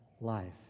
life